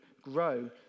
Grow